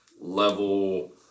level